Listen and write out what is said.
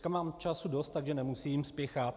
Teď mám času dost, takže nemusím spěchat.